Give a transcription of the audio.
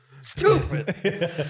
Stupid